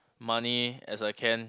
money as I can